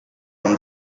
down